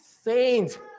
saint